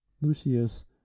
Lucius